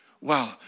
Wow